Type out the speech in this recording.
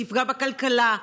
שתפגע בכלכלה.